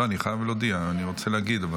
אין הסתייגויות.